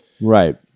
Right